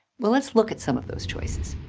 well, let's look at some of those choices.